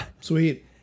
Sweet